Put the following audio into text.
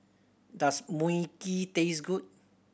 does Mui Kee taste good